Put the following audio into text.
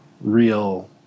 real